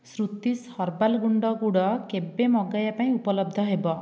Shruti's herbal ଗୁଣ୍ଡ ଗୁଡ଼ କେବେ ମଗାଇବା ପାଇଁ ଉପଲବ୍ଧ ହେବ